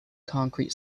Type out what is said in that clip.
concrete